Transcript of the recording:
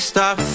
Stop